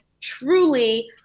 truly